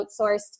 outsourced